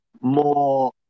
more